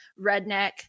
redneck